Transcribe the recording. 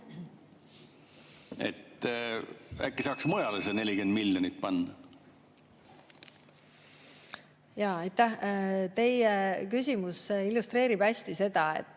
Äkki saaks mujale selle 40 miljonit panna? Aitäh! Teie küsimus illustreerib hästi seda, et